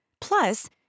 Plus